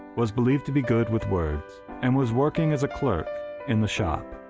was believed to be good with words, and was working as a clerk in the shop.